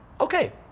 Okay